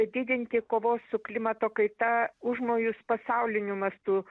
didinti kovos su klimato kaita užmojus pasauliniu mastu